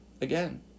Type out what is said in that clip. Again